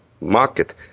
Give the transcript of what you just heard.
market